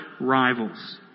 rivals